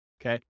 okay